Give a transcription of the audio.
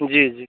जी जी